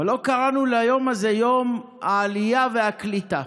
אבל לא קראנו ליום הזה "יום העלייה והקליטה".